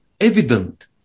evident